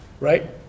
right